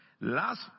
Last